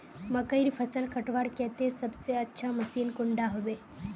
मकईर फसल कटवार केते सबसे अच्छा मशीन कुंडा होबे?